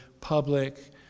public